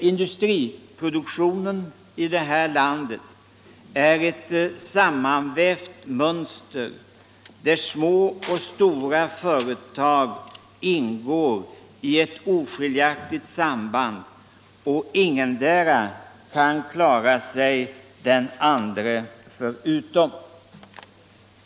Industriproduktionen i det här landet är ett sammanvävt mönster, där små och stora företag ingår i ett oskiljaktigt samband. Ingendera kan klara sig den andre förutan.